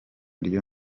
ryo